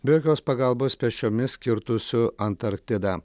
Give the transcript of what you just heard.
be jokios pagalbos pėsčiomis kirtusiu antarktidą